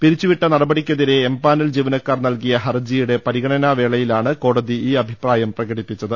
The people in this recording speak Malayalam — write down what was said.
പിരിച്ചു വിട്ട നടപടിക്കെതിരെ എം പാനൽ ജീവനക്കാർ നൽകിയ ഹർജിയുടെ പരിഗണനാവേളയിലാണ് കോടതി ഈ അഭിപ്രായം പ്രകടിപ്പിച്ചത്